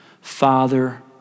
Father